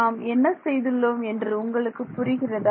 நாம் என்ன செய்துள்ளோம் என்று உங்களுக்கு புரிகிறதா